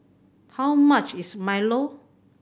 how much is milo